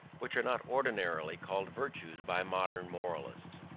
which are not ordinarily called virtues by modern moralists.